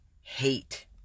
hate